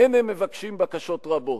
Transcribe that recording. אין הם מבקשים בקשות רבות.